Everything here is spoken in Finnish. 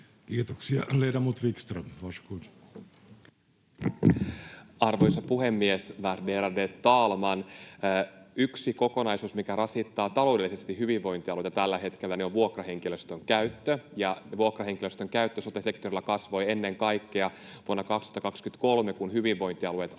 Arvoisa puhemies, värderade talman! Yksi kokonaisuus, mikä rasittaa taloudellisesti hyvinvointialueita tällä hetkellä, on vuokrahenkilöstön käyttö, ja vuokrahenkilöstön käyttö sote-sektorilla kasvoi ennen kaikkea vuonna 2023, kun hyvinvointialueet aloittivat